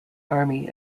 army